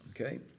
okay